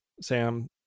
Sam